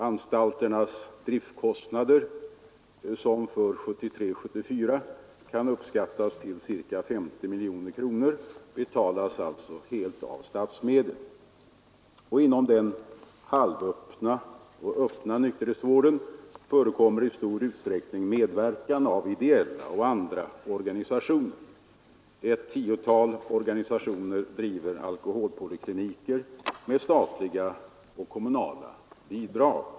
Anstalternas driftkostnader som för 1973/74 kan uppskattas till ca 50 miljoner kronor betalas helt av statsmedel. Inom den halvöppna och öppna nykterhetsvården förekommer i stor utsträckning medverkan av ideella och andra organisationer. Ett tiotal organisationer driver alkoholpolikliniker med statliga och kommunala bidrag.